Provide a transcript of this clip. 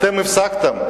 אתם הפסקתם.